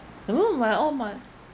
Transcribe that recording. mm my all my